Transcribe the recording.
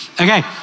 Okay